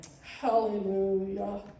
Hallelujah